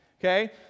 okay